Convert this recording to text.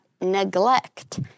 neglect